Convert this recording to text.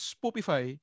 Spotify